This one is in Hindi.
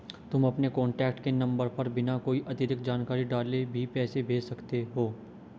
तुम अपने कॉन्टैक्ट के नंबर पर बिना कोई अतिरिक्त जानकारी डाले भी पैसे भेज सकते हो